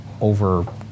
over